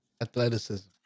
Athleticism